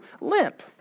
limp